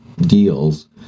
deals